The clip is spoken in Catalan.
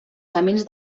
camins